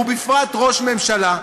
ובפרט ראש ממשלה,